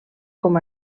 com